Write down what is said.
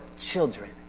children